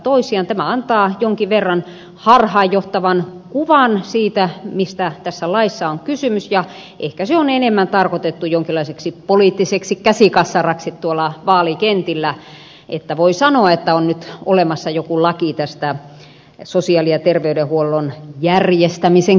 tämä antaa jonkin verran harhaanjohtavan kuvan siitä mistä tässä laissa on kysymys ja ehkä se on enemmän tarkoitettu jonkinlaiseksi poliittiseksi käsikassaraksi vaalikentillä että voi sanoa että on nyt olemassa joku laki sosiaali ja terveydenhuollon järjestämisen kehittämisestä